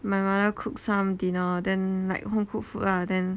my mother cook some dinner then like home cooked food lah then